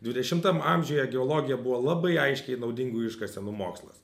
dvidešimtam amžiuje geologija buvo labai aiškiai naudingųjų iškasenų mokslas